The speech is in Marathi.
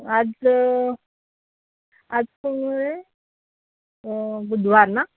आज आज कोण वार आहे बुधवार ना